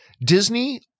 Disney